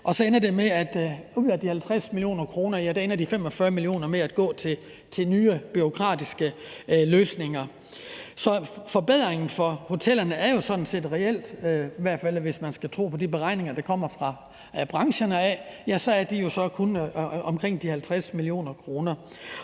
og så ender det med, at det ud af 50 mio. kr. er 45 mio. kr., der går til nye bureaukratiske løsninger. Så forbedringen for hotellerne er jo sådan set, i hvert fald hvis man skal tro på de beregninger, der kommer fra brancherne, reelt kun omkring de 5 mio. kr.